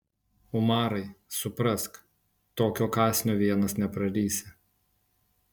umarai suprask tokio kąsnio vienas neprarysi